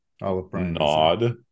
nod